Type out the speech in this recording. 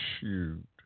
Shoot